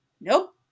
nope